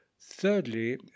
Thirdly